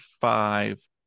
five